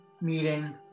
meeting